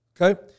Okay